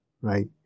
right